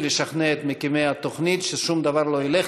לשכנע את מקימי התוכנית ששום דבר לא ילך,